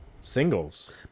singles